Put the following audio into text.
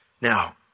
Now